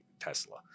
Tesla